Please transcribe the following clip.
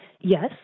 Yes